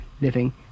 living